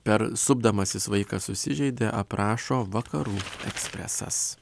per supdamasis vaikas susižeidė aprašo vakarų ekspresas